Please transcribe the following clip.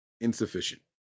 insufficient